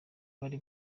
bari